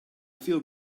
feel